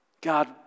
God